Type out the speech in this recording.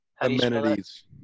Amenities